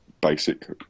basic